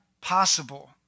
possible